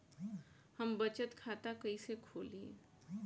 हम बचत खाता कइसे खोलीं?